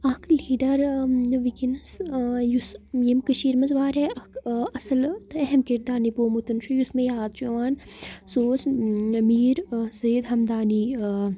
اَکھ لیٖڈَر وٕکیٚنَس یُس یٔمۍ کٔشیٖرِ منٛز واریاہ اَکھ اَصٕل تہٕ اہم کِردار نِبومُتَن چھُ یُس مےٚ یاد چھُ یِوان سُہ اوس میٖر سید ہمدانی